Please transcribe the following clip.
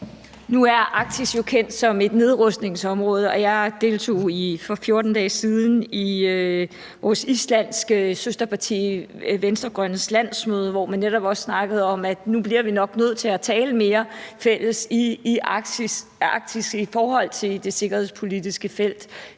Nu er Arktis jo kendt som et nedrustningsområde, og jeg deltog for 14 dage siden i vores islandske søsterparti, De Venstregrønnes, landsmøde, hvor man netop også snakkede om, at vi nok nu bliver nødt til at tale mere fælles i Arktis i forhold til det sikkerhedspolitiske felt,